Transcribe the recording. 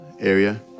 area